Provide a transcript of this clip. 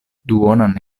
duonan